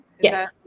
Yes